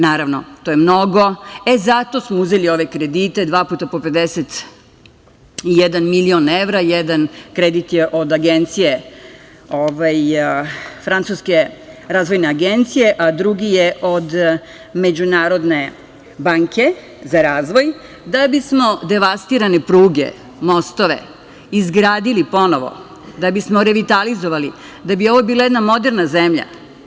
Naravno, to je mnogo i zato smo uzeli ove kredite, dva puta po 51 milion evra, jedan kredit je od Francuske razvojne agencije, a drugi je od Međunarodne banke za razvoj, da bismo devastirane pruge, mostove izgradili ponovo, da bismo revitalizovali, da bi ovo bila jedna moderna zemlja.